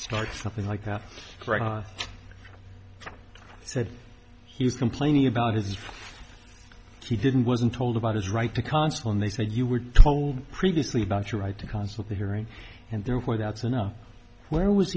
start something like that said he complaining about his he didn't wasn't told about his right to consul and they said you were told previously about your right to counsel the hearing and therefore that's enough where was